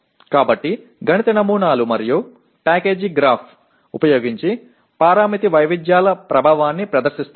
కాబట్టి గణిత నమూనాలు మరియు ప్యాకేజీ గ్రాఫ్ ఉపయోగించి పారామితి వైవిధ్యాల ప్రభావాన్ని ప్రదర్శిస్తాము